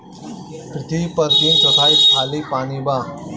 पृथ्वी पर तीन चौथाई खाली पानी बा